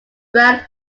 brown